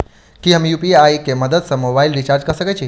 की हम यु.पी.आई केँ मदद सँ मोबाइल रीचार्ज कऽ सकैत छी?